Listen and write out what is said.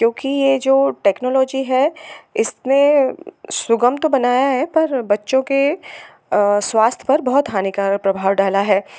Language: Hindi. क्योंकि यह जो टेक्नोलॉजी है इसने सुगम तो बनाया है पर बच्चों के स्वास्थ्य पर बहुत हानिकारक प्रभाव डाला है